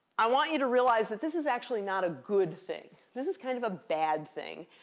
i want you to realize that this is actually not a good thing. this is kind of a bad thing,